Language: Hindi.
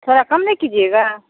थोड़ा कम नहीं कीजिएगा